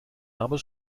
aber